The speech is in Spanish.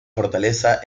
fortaleza